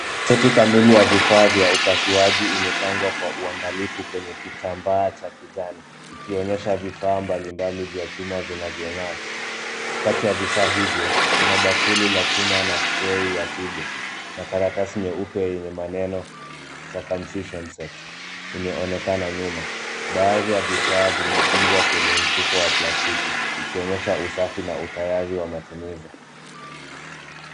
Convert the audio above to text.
Seti kamili ya vifaa vya upasuaji imepangwa kwa uangalifu kwenye kitambaa cha kijani ikionyesha vifaa mbalimbali vya chuma vinavyongaa. Kati ya vifaa hivyo, kuna bakuli la chuma, na trei ya figo, na karatasi nyeupe yenye maneno 'Circumscision Set' imeonekana nyuma. Baadhi ya vifaa vimefungwa kwenye mfuko was plastiki, ikionyesha usafi na utayari wa matumizi.